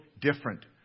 different